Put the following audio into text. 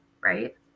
right